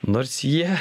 nors jie